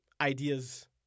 ideas